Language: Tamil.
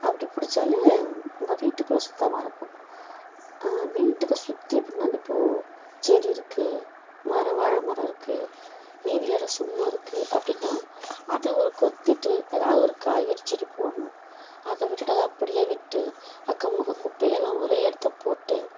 அப்படி பிடிச்சாலே நம்ம வீட்டுக்குள்ளே சுத்தமாகருக்கும் வீட்டுக்கு சுற்றி எப்பன்னா இப்போது செடி இருக்குது மரம் வாழை மரம் இருக்குது மீதி இடம் சும்மா இருக்குது அப்படின்னா அதை ஒரு கொத்திட்டு எதாவது ஒரு காய்கறி செடி போடணும் அதை விட்டுவிட்டு அதை அப்படியே விட்டு அக்கம் பக்கம் குப்பையெல்லாம் ஒரே இடத்துல போட்டு